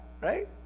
right